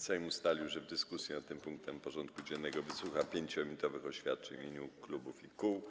Sejm ustalił, że w dyskusji nad tym punktem porządku dziennego wysłucha 5-minutowych oświadczeń w imieniu klubów i kół.